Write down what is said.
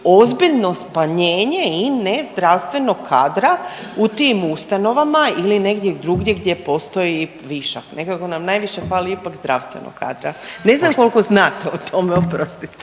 ozbiljno smanjenje i nezdravstvenog kadra u tim ustanovama ili negdje drugdje gdje postoji višak. Nekako najviše fali ipak zdravstvenog kadra. Ne znam koliko znate, oprostite